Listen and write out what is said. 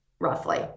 roughly